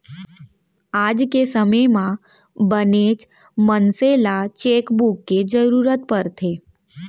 आज के समे म बनेच मनसे ल चेकबूक के जरूरत परथे